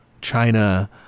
China